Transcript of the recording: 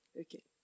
Okay